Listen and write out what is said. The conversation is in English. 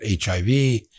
HIV